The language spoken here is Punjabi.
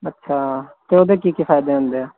ਅੱਛਾ ਅਤੇ ਉਹਦੇ ਕੀ ਕੀ ਫਾਇਦੇ ਹੁੰਦੇ ਆ